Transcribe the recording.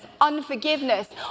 unforgiveness